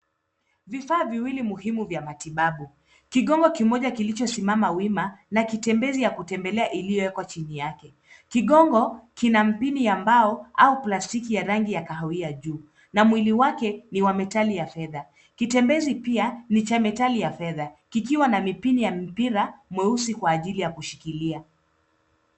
Vifaa viwili muhimu vya matibabu. Kigongo kimoja kilichosimama wima na kitembezi ya kutembelea iliyoekwa chini yake. Kigongo kina mpini ya mbao au plastiki ya rangi ya kahawia juu na mwili wake ni wa metali ya fedha. Kitembezi pia ni cha metali ya fedha kikiwa na mipini ya mipira mweusi kwa ajili ya kushikilia.